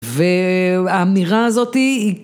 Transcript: והמנהיגה הזאת היא...